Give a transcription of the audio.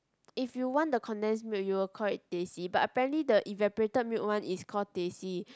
if you want the condensed milk you will call it teh C but apparently the evaporated milk one is called teh C